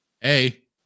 hey